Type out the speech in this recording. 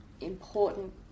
important